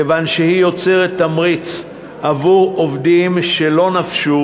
כיוון שהיא יוצרת תמריץ עבור עובדים שלא נפשו